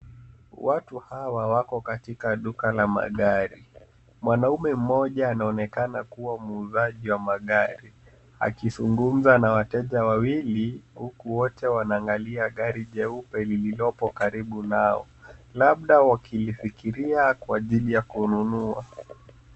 Watu hawa wako katika duka la magari. Mwanume mmoja anaonekana kuwa muuzaji wa magari akizungumza na wateja wawili huku wote wanaangalia gari jeupe lililopo karibu nao labda wakilifikiria kwa ajili ya kununua.